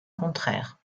contraire